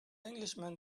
englishman